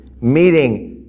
meeting